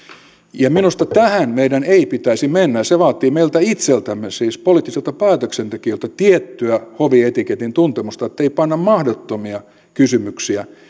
ja minusta tähän meidän ei pitäisi mennä ja se vaatii meiltä itseltämme siis poliittisilta päätöksentekijöiltä tiettyä hovietiketin tuntemusta että ei panna mahdottomia kysymyksiä